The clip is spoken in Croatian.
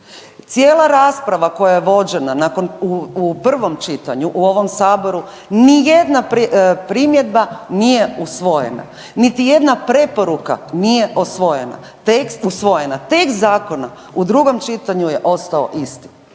Cijela rasprava koja je vođena nakon, u prvom čitanju u ovom saboru ni jedna primjedba nije usvojena. Niti preporuka nije osvojena, usvojena, tekst zakona u drugom čitanju je ostao isti.